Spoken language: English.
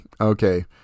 Okay